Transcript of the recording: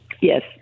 yes